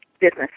business